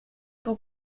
pour